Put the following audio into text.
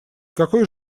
какой